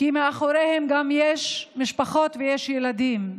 כי מאחוריהם יש גם משפחות ויש ילדים.